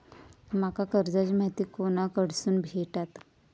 माका कर्जाची माहिती कोणाकडसून भेटात?